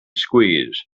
squeeze